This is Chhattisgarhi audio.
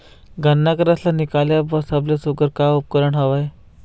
गन्ना के रस ला निकाले बर सबले सुघ्घर का उपकरण हवए?